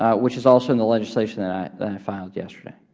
ah which is also in the legislation that i filed yesterday.